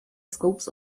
scopes